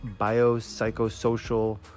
biopsychosocial